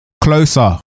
closer